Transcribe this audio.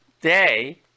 day